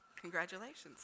Congratulations